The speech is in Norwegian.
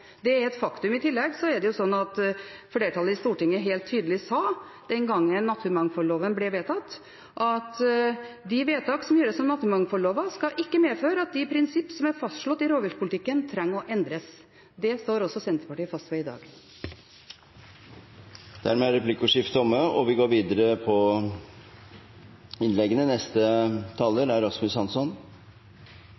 Det er et faktum. I tillegg er det jo sånn at flertallet i Stortinget helt tydelig sa den gangen naturmangfoldloven ble vedtatt, at de vedtak som gjøres om naturmangfoldloven, skal ikke medføre at de prinsipp som er fastslått i rovviltpolitikken, trenger å endres. Det står også Senterpartiet fast på i dag. Dermed er replikkordskiftet omme.